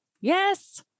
Yes